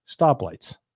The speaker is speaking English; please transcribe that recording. stoplights